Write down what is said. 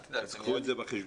אז קחו את זה בחשבון.